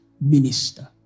minister